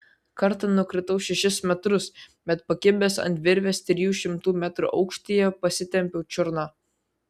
kartą nukritau šešis metrus bet pakibęs ant virvės trijų šimtų metrų aukštyje pasitempiau čiurną